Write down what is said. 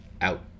Out